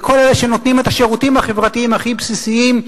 לכל אלה שנותנים את השירותים החברתיים הכי בסיסיים,